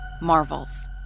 Marvels